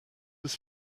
was